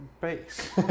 base